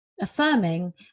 affirming